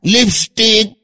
Lipstick